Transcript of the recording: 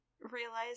realize